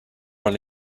run